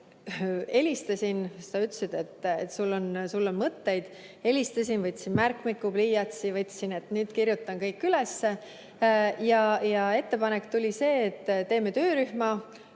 Ma helistasin, siis sa ütlesid, et sul on mõtteid. Ma helistasin, võtsin märkmiku ja pliiatsi, et nüüd kirjutan kõik üles. Ettepanek tuli see, et teeme töörühma,